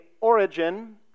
origin